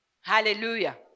Hallelujah